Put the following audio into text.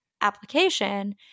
application